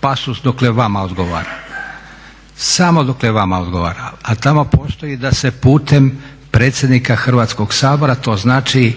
pasus dokle vama odgovara, samo dokle vama odgovara, a tamo postoji da se putem predsjednika Hrvatskog sabora, to znači